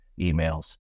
emails